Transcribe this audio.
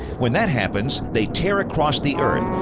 when that happens, they tear across the earth,